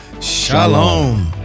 Shalom